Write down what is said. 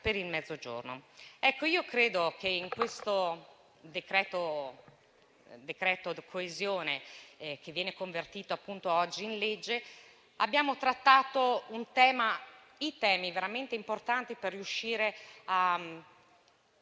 Credo che in questo decreto coesione, che viene convertito oggi in legge, abbiamo trattato temi veramente importanti per riuscire a